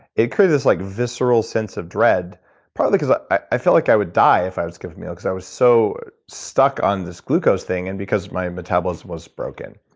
it created this like visceral sense of dread partly because i i felt like i would die if i was skipping meals. i was so stuck on this glucose thing and because my metabolism was broken,